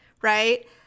right